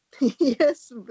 Yes